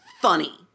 funny